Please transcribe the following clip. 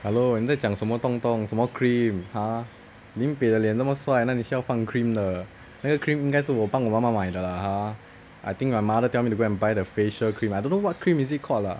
hello 你在讲什么东东什么 cream !huh! lim-peh 的脸那么帅哪里需要放 cream 的那个 cream 应该是我帮我妈妈买的 lah !huh! I think my mother tell me to go and buy the facial cream I don't know what cream is called lah